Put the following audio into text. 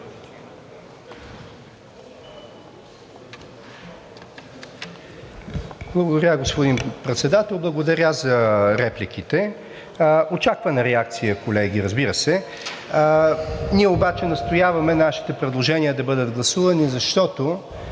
Благодаря, господин Председател. Благодаря за репликите. Очаквана реакция, колеги, разбира се. Ние обаче настояваме нашите предложения да бъдат гласувани, защото